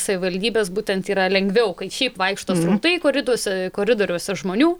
savivaldybės būtent yra lengviau kai šiaip vaikšto srautai koriduose koridoriuose žmonių